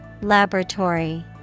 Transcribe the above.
Laboratory